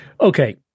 Okay